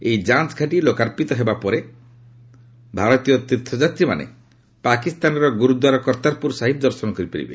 ଏହି ଯାଞ୍ଚଘାଟି ଲୋକାର୍ପିତ ହେବା ପରେ ଭାରତୀୟ ତୀର୍ଥଯାତ୍ରୀମାନେ ପାକିସ୍ତାନର ଗୁରୁଦ୍ୱାର କର୍ତ୍ତାରପୁର ସାହିବ ଦର୍ଶନ କରିପାରିବେ